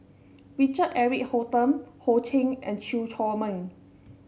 Richard Eric Holttum Ho Ching and Chew Chor Meng